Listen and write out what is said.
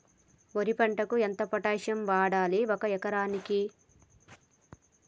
వరి పంటకు ఎంత పొటాషియం వాడాలి ఒక ఎకరానికి?